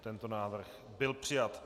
Tento návrh byl přijat.